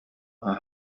are